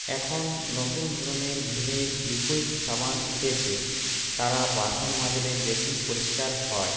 এখন নতুন ধরনের ভীমের লিকুইড সাবান উঠেছে তারা বাসন মাজলে বেশি পরিষ্কার হয়